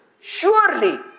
surely